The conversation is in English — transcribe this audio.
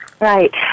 Right